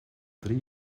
drie